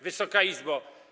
Wysoka Izbo!